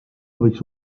võiks